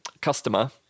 customer